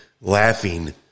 laughing